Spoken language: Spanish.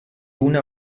una